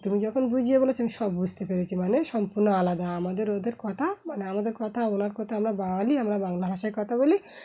তুমি যখন বুঝিয়ে বলেছো আমি সব বুঝতে পেরেছি মানে সম্পূর্ণ আলাদা আমাদের ওদের কথা মানে আমাদের কথা ওনার কথা আমরা বাঙালি আমরা বাংলা ভাষায় কথা বলি